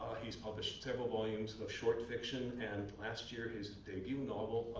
he's published several volumes of short fiction, and last year his debut novel,